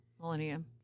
millennium